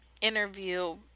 interview